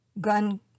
gun